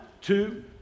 two